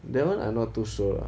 that one I not too sure lah